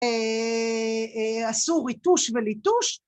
‫עשו ריטוש וליטוש.